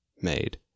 made